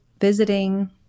visiting